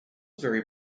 vary